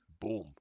Boom